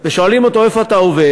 ושואלים אותו: איפה אתה עובד,